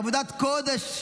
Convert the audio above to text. עבודת קודש,